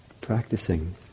practicing